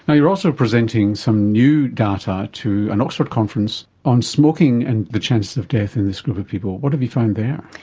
and you're also presenting some new data to an oxford conference on smoking and the chances of death in this group of people. what have you found there?